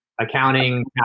accounting